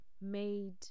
made